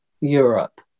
Europe